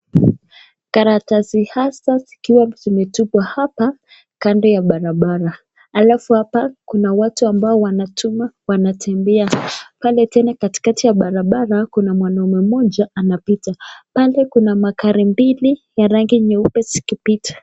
Karatasi hasa zikiwa zimetupwa hapa kando ya barabara, alafu hapa kuna watu ambao wana chuma wanatembea pale tena katikati ya barabara kuna mwanaume mmoja anapita, pale kuna magari mbili ya rangi nyeupe zikipita.